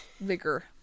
Vigor